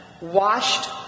washed